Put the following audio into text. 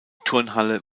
turnhalle